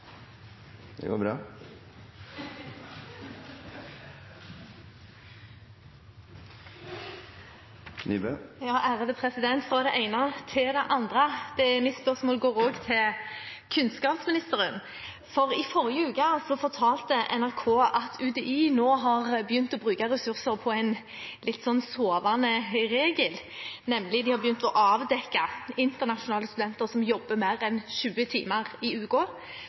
det ene til det andre – mitt spørsmål går også til kunnskapsministeren. I forrige uke fortalte NRK at UDI nå har begynt å bruke ressurser på en litt sovende regel. De har nemlig begynt å avdekke internasjonale studenter som jobber mer enn 20 timer i